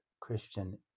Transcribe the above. Christian